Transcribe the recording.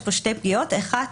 יש פה שתי פגיעות, אחת,